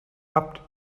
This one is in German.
habt